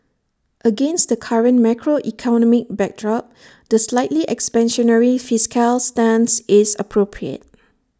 against the current macroeconomic backdrop the slightly expansionary fiscal stance is appropriate